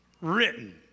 written